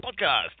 Podcast